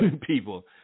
people